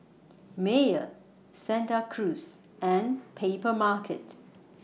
Mayer Santa Cruz and Papermarket